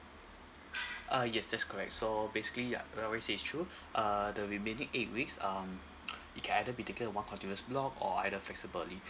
uh yes that's correct so basically yeah well I want to say it's true uh the remaining eight weeks um it can either be taken one continuous block or either flexibly